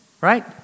right